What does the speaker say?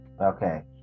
Okay